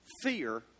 fear